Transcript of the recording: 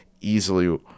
easily